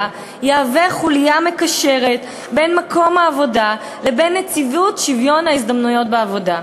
יהווה חוליה מקשרת בין מקום העבודה לבין נציבות שוויון ההזדמנויות בעבודה.